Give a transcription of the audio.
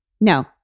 No